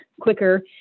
quicker